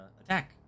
attack